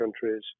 countries